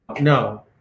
no